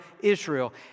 Israel